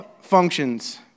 functions